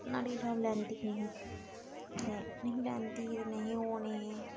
नुहाड़े शा लैंदी गै नेही ते निही लैंदी ही ते निही होनी ही